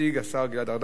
יציג את הצעת החוק,